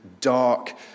dark